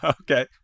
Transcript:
Okay